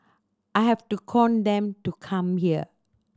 I have to con them to come here